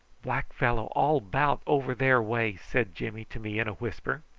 black fellow all about over there way! said jimmy to me in a whisper.